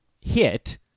hit